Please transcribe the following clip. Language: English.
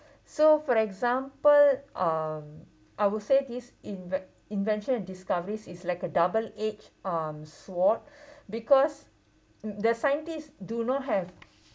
so for example um I would say this inve~ invention discoveries is like a double edge um sword because the scientists do not have